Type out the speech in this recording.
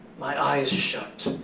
my eyes shut.